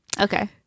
Okay